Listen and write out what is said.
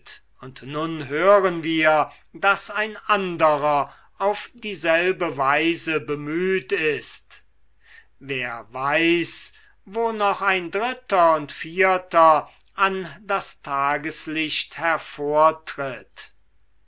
und nun hören wir daß ein anderer auf dieselbe weise bemüht ist wer weiß wo noch ein dritter und vierter an das tageslicht hervortritt